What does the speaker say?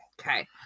Okay